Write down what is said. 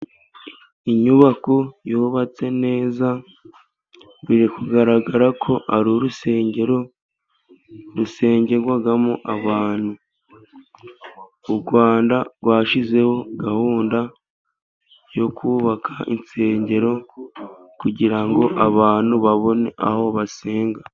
Inyubako yubatse neza, biri kugaragara ko ari urusengero, rusengerwamo abantu, u Rwanda rwashyizeho gahunda yo kubaka insengero, kugirango abantu babone aho basenga.